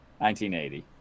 1980